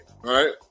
right